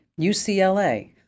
UCLA